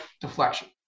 deflection